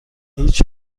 هیچ